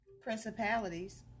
principalities